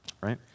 right